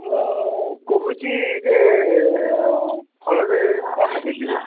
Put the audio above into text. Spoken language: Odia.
ମୁଁ କହୁଛି ଯେ ଫଳରେ କ'ଣ ନେଇକି ଯିବା